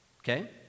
Okay